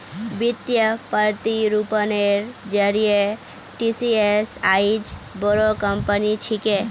वित्तीय प्रतिरूपनेर जरिए टीसीएस आईज बोरो कंपनी छिके